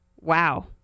wow